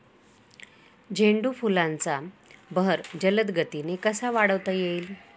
झेंडू फुलांचा बहर जलद गतीने कसा वाढवता येईल?